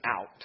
out